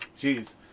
jeez